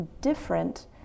different